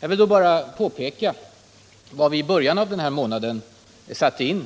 Jag vill nu bara peka på vad vi i början av denna månad gjorde